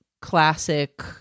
classic